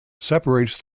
separates